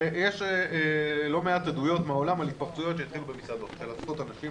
ויש לא מעט עדויות מהעולם על התפרצויות שהתחילו במסעדות של עשרות אנשים,